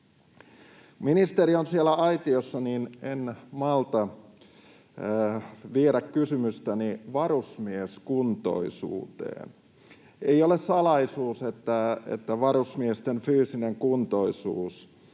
ministeri on siellä aitiossa, niin en malta olla esittämättä kysymystäni liittyen varusmieskuntoisuuteen. Ei ole salaisuus, että varusmiesten fyysinen kuntoisuus